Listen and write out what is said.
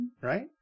right